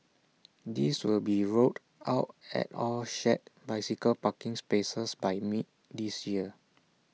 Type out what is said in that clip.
these will be rolled out at all shared bicycle parking spaces by mid this year